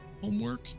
homework